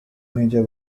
major